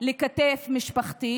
לכתף משפחתית.